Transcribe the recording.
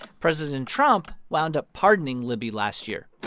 president trump wound up pardoning libby last year.